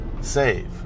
save